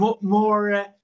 More